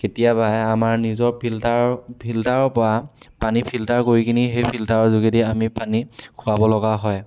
কেতিয়াবা আমাৰ নিজৰ ফিল্টাৰ ফিল্টাৰৰ পআ পানী ফিল্টাৰ কৰি কিনি সেই ফিল্টাৰৰ যোগেদি আমি পানী খোৱাব লগা হয়